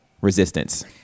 resistance